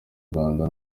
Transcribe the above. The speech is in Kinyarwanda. rwanda